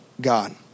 God